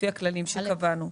לפי הכללים שקבענו.